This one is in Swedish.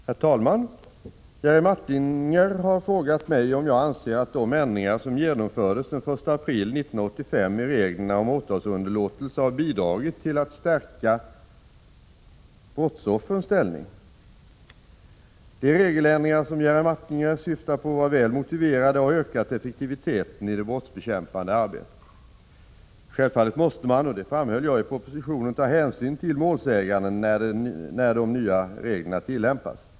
Herr talman! Jerry Martinger har frågat mig om jag anser att de ändringar som genomfördes den 1 april 1985 i reglerna om åtalsunderlåtelse har bidragit till att stärka brottsoffrens ställning. De regeländringar som Jerry Martinger syftar på var väl motiverade och har ökat effektiviteten i det brottsbekämpande arbetet. Självfallet måste man — och det framhöll jag i propositionen — ta hänsyn till målsäganden när de nya reglerna tillämpas.